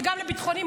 וגם בביטחוניים,